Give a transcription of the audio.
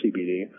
CBD